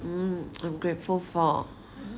mm I'm grateful for